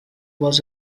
was